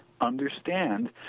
understand